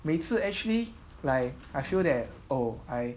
每次 actually like I feel that oh I